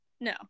No